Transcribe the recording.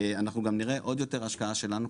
אנחנו גם נראה עוד יותר השקעה שלנו.